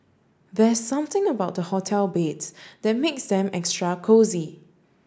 there's something about the hotel beds that makes them extra cosy